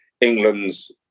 England's